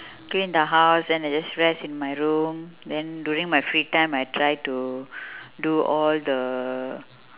clean the house then I just rest in my room then during my free time I try to do all the